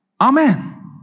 Amen